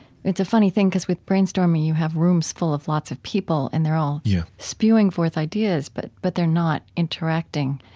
it's a funny thing because, with brainstorming, you have rooms full of lots of people and they're all yeah spewing forth ideas, but but they're not interacting.